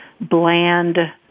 bland